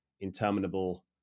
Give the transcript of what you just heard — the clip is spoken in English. interminable